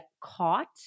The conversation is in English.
caught